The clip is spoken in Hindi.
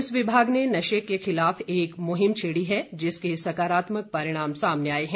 पुलिस विभाग ने नशे के खिलाफ एक मुहिम छेड़ी है जिसके परिणामस्वरूप सकारात्मक परिणाम सामने आए हैं